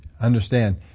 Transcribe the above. understand